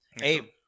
Hey